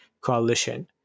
coalition